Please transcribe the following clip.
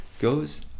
goes